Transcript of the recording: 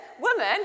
woman